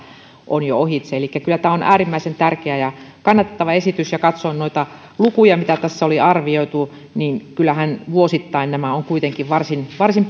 on jo ohitse elikkä kyllä tämä on äärimmäisen tärkeä ja kannatettava esitys ja kun katsoin noita lukuja mitä tässä oli arvioitu niin kyllähän vuosittain ovat kuitenkin varsin varsin